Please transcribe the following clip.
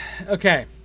okay